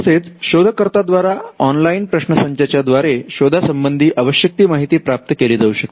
तसेच शोधकर्त्या द्वारा ऑनलाइन प्रश्नसंचाच्या द्वारे शोधा संबंधी आवश्यक ती माहिती प्राप्त केली जाऊ शकते